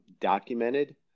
documented